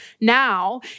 Now